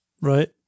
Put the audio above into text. right